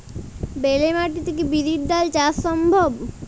বেলে মাটিতে কি বিরির ডাল চাষ সম্ভব?